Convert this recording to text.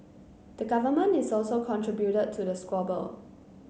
the government is also contributed to the squabble